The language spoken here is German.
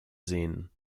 sehen